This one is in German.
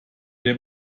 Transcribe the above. der